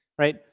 right?